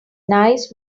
nice